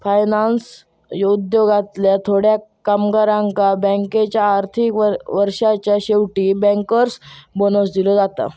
finance उद्योगातल्या थोड्या कामगारांका बँकेच्या आर्थिक वर्षाच्या शेवटी बँकर्स बोनस दिलो जाता